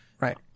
Right